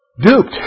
Duped